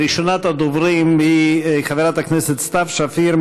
ראשונת הדוברים היא חברת הכנסת סתיו שפיר,